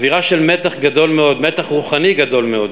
אווירה של מתח גדול מאוד, מתח רוחני גדול מאוד.